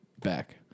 Back